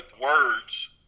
words